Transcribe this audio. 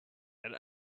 and